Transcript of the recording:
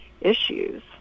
issues